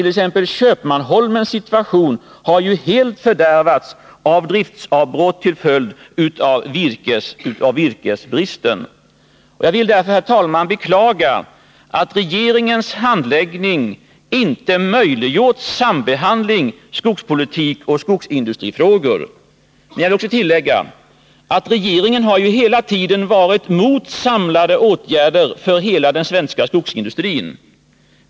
Exempelvis Köpmanholmens situation har ju enligt min mening helt fördärvats av driftsavbrott till följd av virkesbristen. Jag beklagar, herr talman, att regeringens handläggning av NCB-frågan inte möjliggjort en sambehandling av skogspolitik och skogsindustrifrågor. Jag vill tillägga att regeringen hela tiden har varit emot samlade åtgärder för hela den svenska skogsindustrin.